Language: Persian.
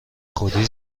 خودی